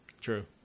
True